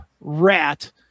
Rat